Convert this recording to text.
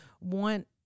want